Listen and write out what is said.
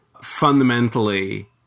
fundamentally